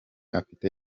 afite